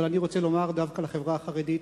אבל אני רוצה לומר דווקא לחברה החרדית,